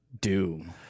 doom